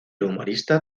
humorista